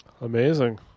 Amazing